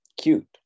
cute